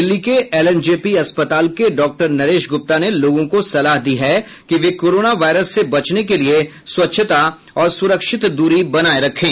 दिल्ली के एलएनजेपी अस्पताल के डॉ नरेश गुप्ता ने लोगों को सलाह दी है कि वे कोरोना वायरस से बचने के लिए स्वच्छता और सुरक्षित दूरी बनाए रखें